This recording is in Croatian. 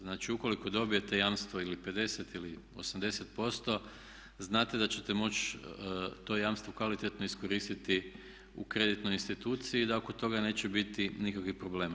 Znači ukoliko dobijete jamstvo ili 50 ili 80% znate da ćete moći to jamstvo kvalitetno iskoristiti u kreditnoj instituciji i da oko toga neće biti nikakvih problema.